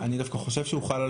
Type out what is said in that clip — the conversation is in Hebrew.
אני דווקא חושב שהוא חל על